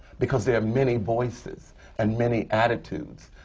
because there are many voices and many attitudes,